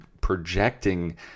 projecting